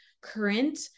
current